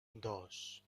dos